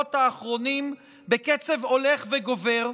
בשבועות האחרונים בקצב הולך וגובר,